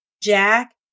Jack